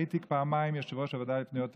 הייתי פעמיים יושב-ראש הוועדה לפניות הציבור,